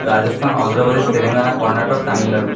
Rajasthan Andhra Pradesh Telangana Karnataka Tamil Nadu